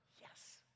Yes